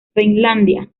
finlandia